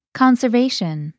conservation